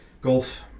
golf